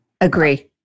Agree